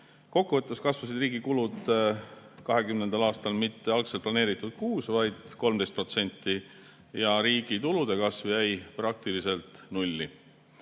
Kokkuvõttes kasvasid riigi kulud 2020. aastal mitte algselt planeeritud 6%, vaid 13%. Riigi tulude kasv jäi praktiliselt nulli.